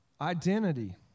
Identity